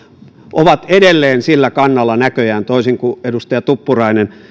ovat edelleen sillä kannalla näköjään toisin kuin edustaja tuppurainen